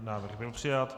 Návrh byl přijat.